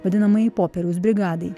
vadinamajai popieriaus brigadai